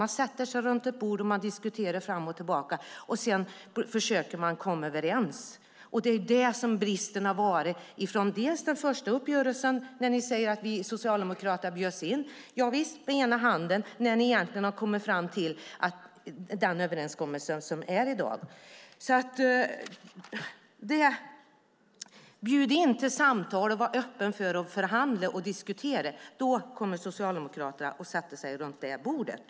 Man sätter sig runt ett bord, diskuterar fram och tillbaka och försöker komma överens. Det är där bristen har varit från den första uppgörelsen, när ni sade att vi socialdemokrater bjöds in. Javisst, men det var med ena handen, när ni egentligen hade kommit fram till den överenskommelse som finns i dag. Bjud in till samtal och var öppen för att förhandla och diskutera! Då kommer Socialdemokraterna att sätta sig runt det bordet.